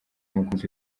mukunzi